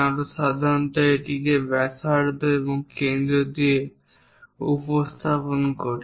আমরা সাধারণত এটিকে ব্যাসার্ধ এবং এর কেন্দ্র দিয়ে উপস্থাপন করি